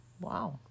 Wow